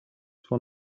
for